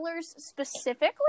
specifically